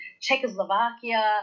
Czechoslovakia